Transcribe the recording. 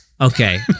Okay